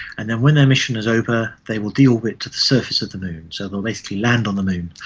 and then when their mission is over they will de-orbit to the surface of the moon. so they will basically land on the moon,